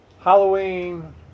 Halloween